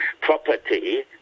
property